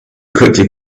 quickly